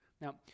Now